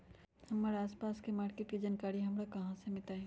हमर आसपास के मार्किट के जानकारी हमरा कहाँ से मिताई?